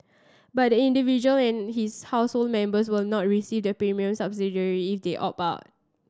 but the individual and his household members will not receive the premium subsidy if they opt